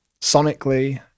sonically